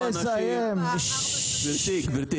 --- גברתי,